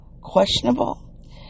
questionable